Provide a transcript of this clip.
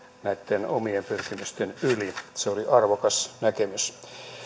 näitten omien pyrkimysten yli se oli arvokas näkemys